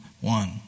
one